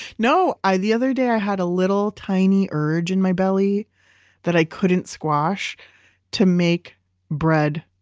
no, i. the other day i had a little tiny urge in my belly that i couldn't squash to make bread,